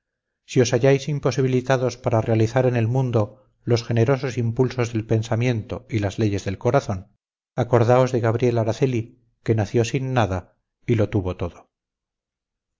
si os halláis imposibilitados para realizar en el mundo los generosos impulsos del pensamiento y las leyes del corazón acordaos de gabriel araceli que nació sin nada y lo tuvo todo